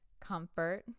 comfort